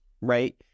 right